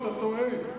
אתה טועה.